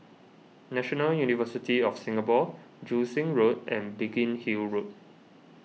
National University of Singapore Joo Seng Road and Biggin Hill Road